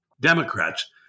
Democrats